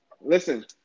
Listen